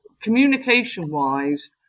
communication-wise